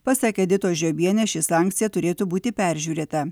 pasak editos žiobienės ši sankcija turėtų būti peržiūrėta